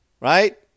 Right